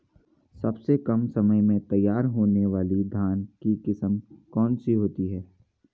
सबसे कम समय में तैयार होने वाली धान की किस्म कौन सी है?